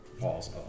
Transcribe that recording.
walls